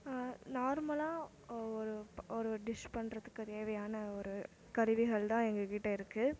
நார்மலாக ஒரு ஒரு டிஷ் பண்ணுறதுக்கு தேவையான ஒரு கருவிகள் தான் எங்கள் கிட்டே இருக்குது